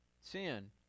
Sin